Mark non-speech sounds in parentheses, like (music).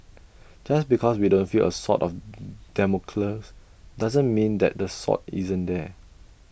just because we don't feel A sword of (noise) Damocles doesn't mean that the sword isn't there